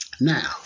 Now